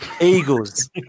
Eagles